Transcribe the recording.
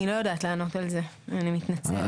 אני לא יודעת לענות על זה, אני מתנצלת.